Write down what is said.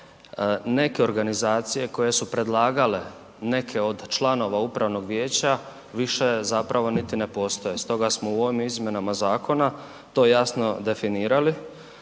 neke organizacije koje su predlagale neke od članova upravnog vijeća više zapravo niti ne postoje stoga smo u ovim izmjenama zakona to jasno definirali,